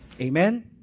Amen